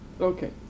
Okay